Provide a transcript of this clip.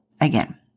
again